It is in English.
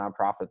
nonprofits